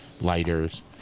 lighters